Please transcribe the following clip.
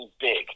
big